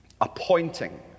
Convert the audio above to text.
appointing